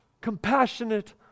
compassionate